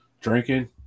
drinking